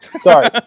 Sorry